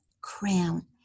crown